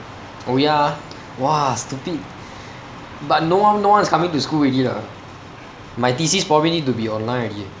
oh ya ah !wah! stupid but no one no one is coming to school already lah my thesis probably need to be online already eh